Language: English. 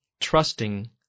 trusting